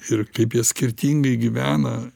ir kaip jie skirtingai gyvena